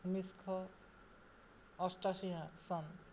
ঊনৈছশ আঠাশী চন